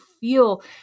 feel